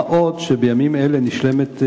מה עוד שבימים אלה נשלמת,